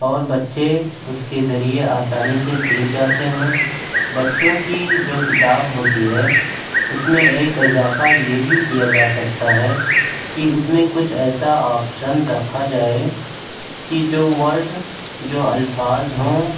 اور بچے اس کے ذریعہ آسانی سے سیکھ جاتے ہیں بچوں کی جو کتاب ہوتی ہے اس میں ایک اضافہ یہ بھی کیا جا سکتا ہے کہ اس میں کچھ ایسا آپشن رکھا جائے کہ جو ورڈ جو الفاظ ہوں